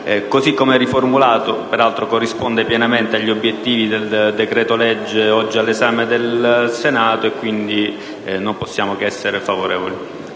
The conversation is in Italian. Così come riformulato, l'ordine del giorno corrisponde pienamente agli obiettivi del decreto-legge oggi all'esame del Senato e quindi non possiamo che esprimere parere